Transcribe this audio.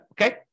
Okay